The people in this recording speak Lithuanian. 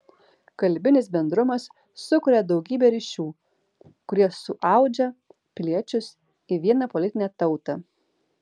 kalbinis bendrumas sukuria daugybė ryšių kurie suaudžia piliečius į vieną politinę tautą